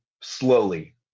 slowly